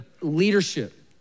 leadership